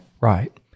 Right